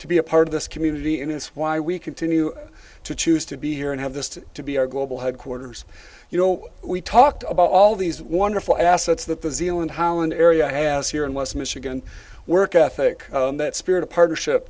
to be a part of this community and it's why we continue to choose to be here and have this to be our global headquarters you know we talked about all these wonderful assets that the zealand holland area has here in west michigan work ethic that spirit of partnership